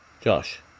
Josh